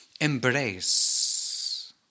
embrace